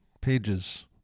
pages